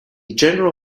general